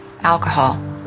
alcohol